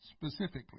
specifically